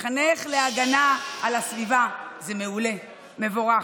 לחנך להגנה על הסביבה זה מעולה, מבורך.